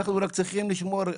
אנחנו רק צריכים לשמור.